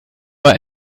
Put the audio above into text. mal